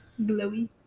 Glowy